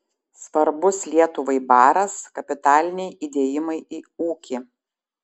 svarbus lietuvai baras kapitaliniai įdėjimai į ūkį